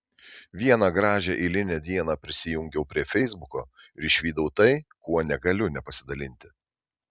vieną gražią eilinę dieną prisijungiau prie feisbuko ir išvydau tai kuo negaliu nepasidalinti